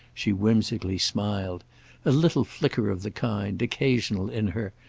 she whimsically smiled a little flicker of the kind, occasional in her,